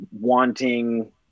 wanting